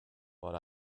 but